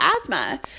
asthma